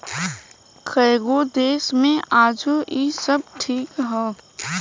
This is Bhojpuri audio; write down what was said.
कएगो देश मे आजो इ सब ठीक ह